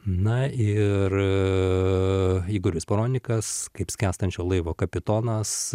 na ir igoris paronikas kaip skęstančio laivo kapitonas